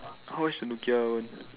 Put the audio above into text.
how much a Nokia [one]